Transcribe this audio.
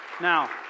Now